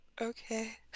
okay